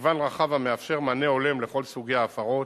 מגוון רחב, המאפשר מענה הולם לכל סוגי ההפרות,